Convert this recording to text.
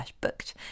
booked